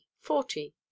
forty